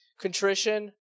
contrition